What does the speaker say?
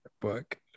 book